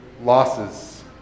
losses